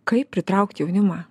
kaip pritraukt jaunimą